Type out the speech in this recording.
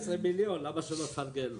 קיבלת ממנו 17 מיליון, למה שלא תפרגן לו?